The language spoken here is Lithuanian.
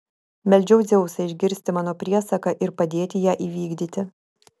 meldžiau dzeusą išgirsti mano priesaką ir padėti ją įvykdyti